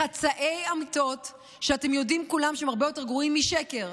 לחצאי אמיתות שאתם יודעים כולם שהם הרבה יותר גרועים משקר.